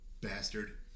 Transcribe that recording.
bastard